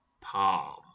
palm